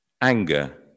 anger